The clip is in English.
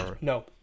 No